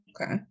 okay